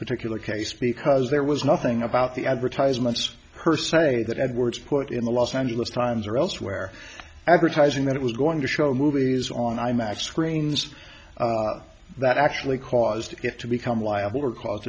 particular case because there was nothing about the advertisements her say that edwards put in the los angeles times or elsewhere advertising that it was going to show movies on imax screens that actually caused it to become liable because